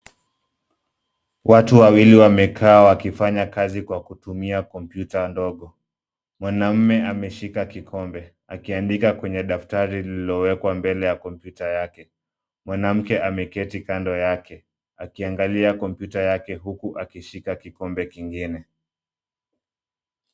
Watu wawili wamekaa wakifanya kazi kwa kutumia kompyuta dogo. Mwanamume ameshika kikombe akiandika kwenye daftari lililowekwa mbele ya kompyuta yake. Mwanamke ameketi kando yake, akiangalia kompyuta yake huku akishika kikombe kingine.